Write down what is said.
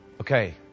Okay